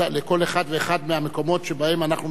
לכל אחד ואחד מהמקומות שבהם אנחנו מדברים,